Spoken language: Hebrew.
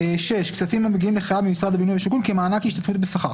(6) - כספים המגיעים לחייב ממשרד הבינוי והשיכון כמענק השתתפות בשכר.